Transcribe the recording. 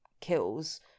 kills